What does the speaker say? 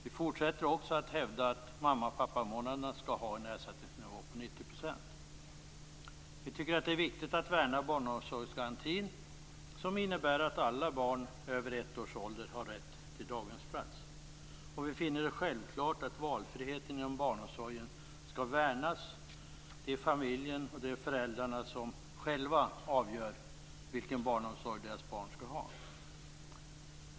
Vi fortsätter också att hävda att mamma och pappamånaderna skall ha en ersättningsnivå på 90 %. Vi tycker att det är viktigt att värna om barnomsorgsgarantin, som innebär att alla barn över ett års ålder har rätt till daghemsplats. Vi finner det självklart att valfriheten inom barnomsorgen skall värnas. Det är familjen och föräldrarna som själva avgör vilken omsorg deras barn skall ha.